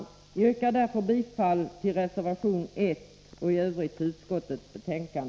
Jag yrkar därför bifall till reservation 1 och i övrigt till utskottets hemställan.